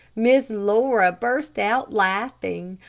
miss laura burst out laughing.